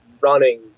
running